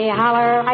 holler